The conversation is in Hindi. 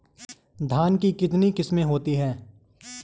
धान की कितनी किस्में होती हैं?